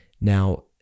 Now